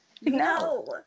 No